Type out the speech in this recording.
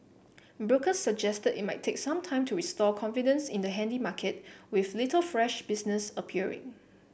brokers suggested it might take some time to restore confidence in the handy market with little fresh business appearing